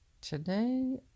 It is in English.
today